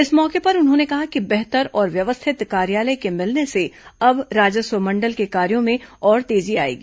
इस मौके पर उन्होंने कहा कि बेहतर और व्यवस्थित कार्यालय के मिलने से अब राजस्व मंडल के कार्यों में और तेजी आएगी